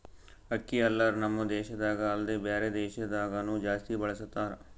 ಅಕ್ಕಿ ಹಲ್ಲರ್ ನಮ್ ದೇಶದಾಗ ಅಲ್ದೆ ಬ್ಯಾರೆ ದೇಶದಾಗನು ಜಾಸ್ತಿ ಬಳಸತಾರ್